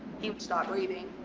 he stopped breathing.